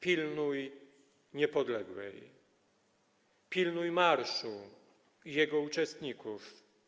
Pilnuj Niepodległej, pilnuj marszu i jego uczestników.